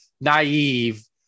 naive